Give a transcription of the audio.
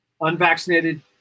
Unvaccinated